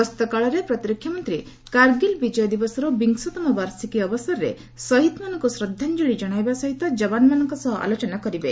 ଗସ୍ତକାଳରେ ପ୍ରତିରକ୍ଷାମନ୍ତ୍ରୀ କାର୍ଗିଲ୍ ବିଜୟ ଦିବସର ବିଂଶତମ ବାର୍ଷିକୀ ଅବସରରେ ଶହୀଦମାନଙ୍କୁ ଶ୍ରଦ୍ଧାଞ୍ଜଳି ଜଣାଇବା ସହିତ ଯବାନମାନଙ୍କ ସହ ଆଲୋଚନା କରିବେ